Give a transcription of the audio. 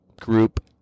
group